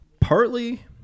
Partly